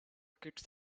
kits